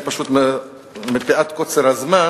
מפאת קוצר הזמן